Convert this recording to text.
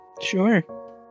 Sure